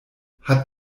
hat